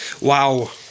Wow